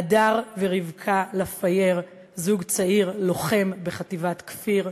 אדר ורבקה לפאיר, זוג צעיר, לוחם בחטיבת כפיר,